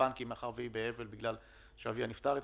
מאחר שהיא באבל בגלל שאביה נפטר אתמול.